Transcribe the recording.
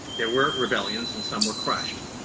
there were rebellions and some were crushed.